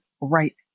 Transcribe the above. right